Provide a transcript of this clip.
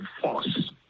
force